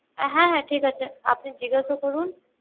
হ্যাঁ হ্যাঁ ঠিক আছে আপনি জিজ্ঞাসা করুন